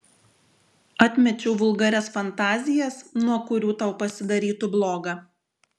atmečiau vulgarias fantazijas nuo kurių tau pasidarytų bloga